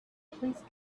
please